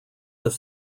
have